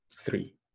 three